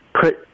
put